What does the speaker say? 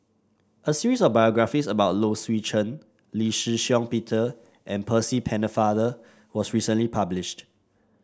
a series of biographies about Low Swee Chen Lee Shih Shiong Peter and Percy Pennefather was recently published